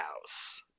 house